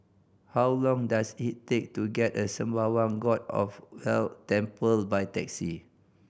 how long does it take to get the Sembawang God of Wealth Temple by taxi